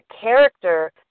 character